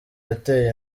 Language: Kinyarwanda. yateye